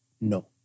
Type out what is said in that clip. No